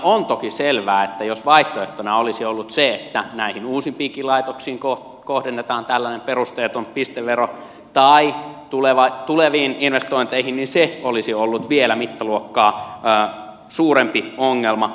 on toki selvää että jos vaihtoehtona olisi ollut se että näihin uusimpiinkin laitoksiin kohdennetaan tällainen perusteeton pistevero tai tuleviin investointeihin niin se olisi ollut vielä mittaluokkaa suurempi ongelma